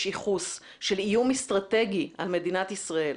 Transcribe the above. ייחוס של איום אסטרטגי על מדינת ישראל,